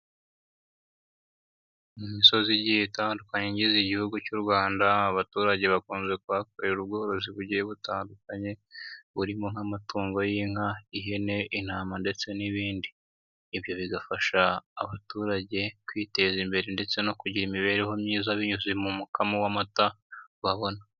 Mu misozi igiye itandukanye igize igihugu cy'u Rwanda abaturage bakunze kuhakorera ubworozi bugiye butandukanye burimo nk'amatungo y'inka, ihene, intama ndetse n'ibindi. Ibyo bigafasha abaturage kwiteza imbere ndetse no kugira imibereho myiza binyuze mu mu kamo w'amata babona.